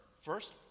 First